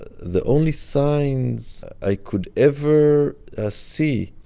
the only signs i could ever ah see